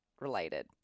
related